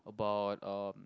about um